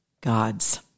gods